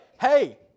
hey